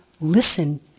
listen